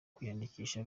kwiyandikisha